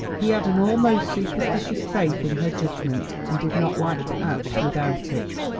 he had an almost superstitious faith in her judgment, and did not like to act without it.